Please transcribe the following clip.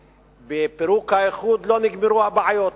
בפירוק האיחוד לא נגמרו הבעיות.